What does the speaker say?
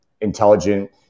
intelligent